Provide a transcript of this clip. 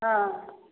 हँ